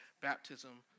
baptism